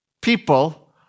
people